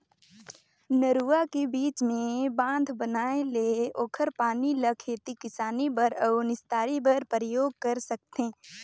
नरूवा के बीच मे बांध बनाये ले ओखर पानी ल खेती किसानी बर अउ निस्तारी बर परयोग कर सकथें